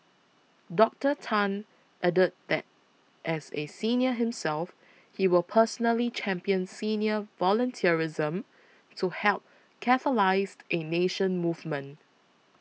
Doctor Tan added that as a senior himself he will personally champion senior volunteerism to help catalysed a nation movement